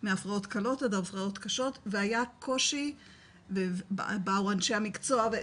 מהפרעות קלות עד הפרעות קשות והיה קושי מאוד אדיר,